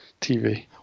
TV